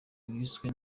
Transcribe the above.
wizwe